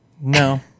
No